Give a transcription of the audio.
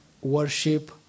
worship